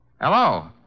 Hello